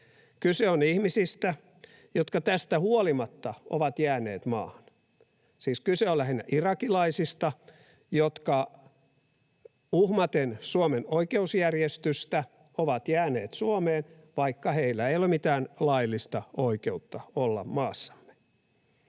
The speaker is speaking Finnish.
Kyse on ihmisistä, jotka tästä huolimatta ovat jääneet maahan. Siis kyse on lähinnä irakilaisista, jotka uhmaten Suomen oikeusjärjestystä ovat jääneet Suomeen, vaikka heillä ei ole mitään laillista oikeutta olla maassamme.